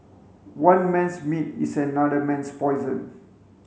one man's meat is another man's poison